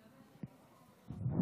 אדוני היושב-ראש,